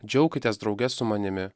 džiaukitės drauge su manimi